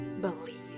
believe